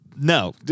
No